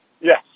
Yes